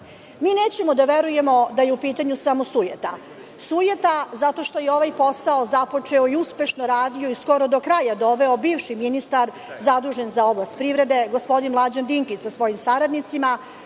meseca? Nećemo da verujemo da je u pitanju samo sujeta, sujeta zato što je ovaj posao započeo i uspešno radio i skoro do kraja doveo bivši ministar zadužen za oblast privrede, gospodin Mlađan Dinkić sa svojim saradnicima.